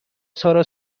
سارا